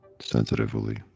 Sensitively